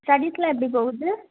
ஸ்டடீஸ்லாம் எப்படி போகுது